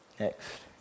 next